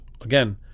again